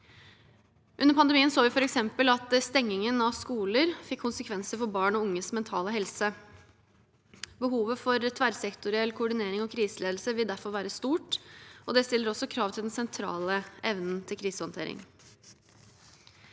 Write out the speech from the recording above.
Under pandemien så vi f.eks. at stengingen av skoler fikk konsekvenser for barn og unges mentale helse. Behovet for tverrsektoriell koordinering og kriseledelse vil derfor være stort. Dette stiller krav til den sentrale evnen til krisehåndtering.